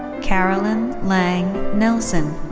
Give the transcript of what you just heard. carolyn lange nelson.